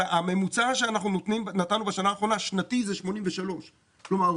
הממוצע שנתנו בשנה האחרונה שנתי זה 83. כלומר,